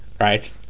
Right